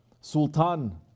Sultan